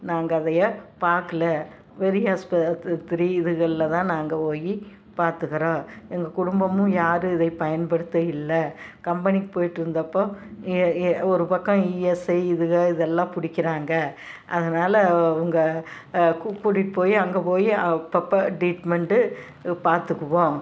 நாங்கள் அதை பார்க்கல பெரியாஸ்ப த்திரி இதுகளில் தான் நாங்கள் போய் பார்த்துக்குறோம் எங்கள் குடும்பமும் யாரும் இதை பயன்படுத்த இல்லை ம் கம்பெனிக்கு போயிட்டு இருந்தப்போ எ எ ஒரு பக்கம் இஎஸ்ஐ இதுகள் இதெல்லாம் பிடிக்கிறாங்க அதனால் உங்கள் கூ கூட்டிகிட்டு போய் அங்கே போய் அப்பப்போ டீட்மெண்ட்டு பார்த்துக்குவோம்